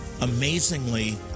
Amazingly